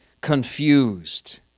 confused